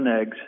eggs